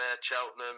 Cheltenham